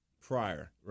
prior